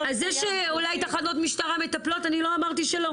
יש אולי תחנות משטרה מטפלות, אני לא אמרתי שלא.